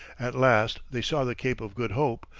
at last they saw the cape of good hope,